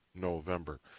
November